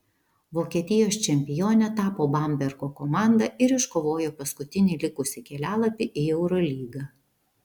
vokietijos čempione tapo bambergo komanda ir iškovojo paskutinį likusį kelialapį į eurolygą